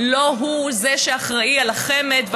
לא הוא זה שאחראי על החמ"ד,